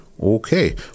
Okay